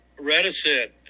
reticent